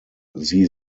sie